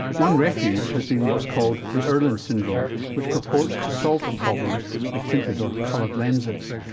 one refuge has been what's called the irlen syndrome, which purports to solve the problem with tinted or coloured lenses.